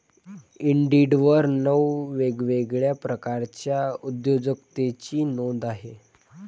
इंडिडवर नऊ वेगवेगळ्या प्रकारच्या उद्योजकतेची नोंद आहे